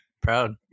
Proud